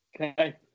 Okay